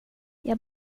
jag